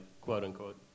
quote-unquote